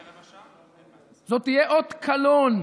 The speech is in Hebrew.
זה יהיה אות קלון.